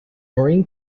marine